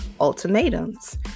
ultimatums